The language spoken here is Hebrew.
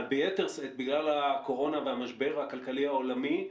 אבל ביתר שאת בגלל הקורונה והמשבר הכלכלי העולמי,